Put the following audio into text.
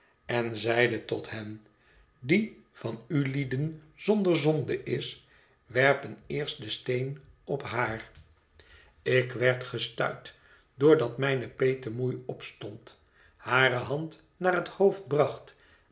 en zeide tot hen die van ulieden zonder zonde is werpe eerst den steen op haar ik werd gestuit door dat mijne petemoei opstond hare hand naar het hoofd bracht